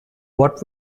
what